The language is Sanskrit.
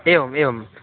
एवम् एवम्